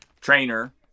trainer